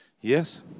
Yes